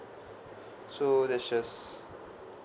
so that's just